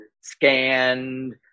scanned